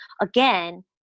again